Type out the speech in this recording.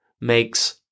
makes